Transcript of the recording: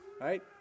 right